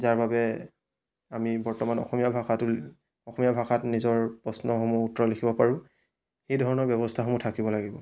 যাৰ বাবে আমি বৰ্তমান অসমীয়া ভাষাটো অসমীয়া ভাষাত নিজৰ প্ৰশ্নসমূহৰ উত্তৰ লিখিব পাৰোঁ সেই ধৰণৰ ব্যৱস্থাসমূহ থাকিব লাগিব